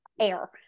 air